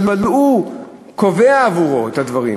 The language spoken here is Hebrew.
אבל הוא קובע עבורו את הדברים.